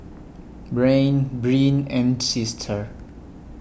Breanne Bryn and Sister